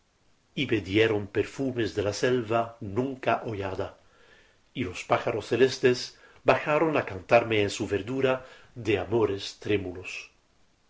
v me dieron perfumes de la selva nunca hollada y los pájaros celestes bajaron á cantarme en su verdura de amores trémulos